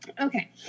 Okay